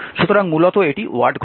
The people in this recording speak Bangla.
সুতরাং মূলত এটি ওয়াট ঘন্টা